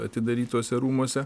atidarytuose rūmuose